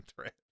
thread